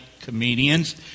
comedians